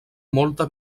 molta